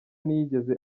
ntiyigeze